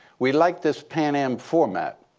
we like this pan am format.